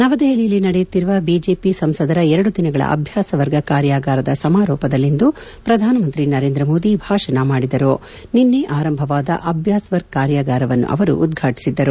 ನವದೆಹಲಿಯಲ್ಲಿ ನಡೆಯುತ್ತಿರುವ ಬಿಜೆಪಿ ಸಂಸದರ ಎರಡು ದಿನಗಳ ಅಭ್ಯಾಸ ವರ್ಗ ಕಾರ್ಯಾಗಾರದ ಸಮಾರೋಪದಲ್ಲಿಂದು ಪ್ರಧಾನಮಂತ್ರಿ ನರೇಂದ್ರ ಮೋದಿ ಭಾಷಣ ಮಾಡಿದರು ನಿನ್ನೆ ಆರಂಭವಾದ ಅಭ್ಯಾಸ್ ವರ್ಗ್ ಕಾರ್ಯಾಗಾರವನ್ನು ಅವರು ಉದ್ಘಾಟಿಸಿದ್ದರು